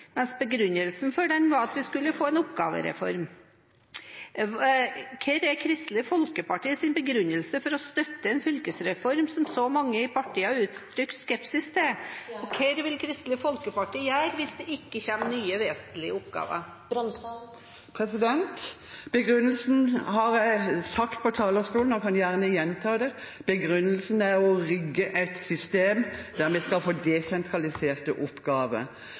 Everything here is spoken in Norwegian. mens begrunnelsen for den var at vi skulle få en oppgavereform. Hva er Kristelig Folkepartis begrunnelse for å støtte en fylkesreform som så mange i partiet har uttrykt skepsis til? Hva vil Kristelig Folkeparti gjøre hvis det ikke kommer nye vesentlige oppgaver? Begrunnelsen har jeg gitt på talerstolen og kan gjerne gjenta. Begrunnelsen er å rigge et system der vi skal få desentraliserte oppgaver.